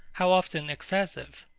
how often excessive?